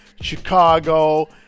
Chicago